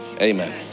Amen